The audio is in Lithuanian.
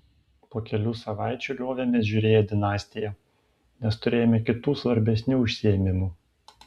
po kelių savaičių liovėmės žiūrėję dinastiją nes turėjome kitų svarbesnių užsiėmimų